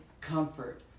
comfort